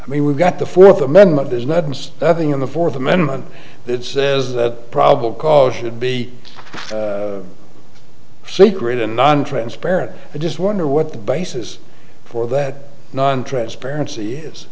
i mean we've got the fourth amendment does not means nothing in the fourth amendment that says that probable cause should be secret and nontransparent i just wonder what the basis for that non transparency is